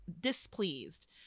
displeased